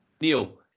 Neil